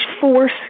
force